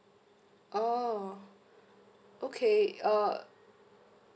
oh okay uh